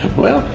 well,